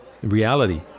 reality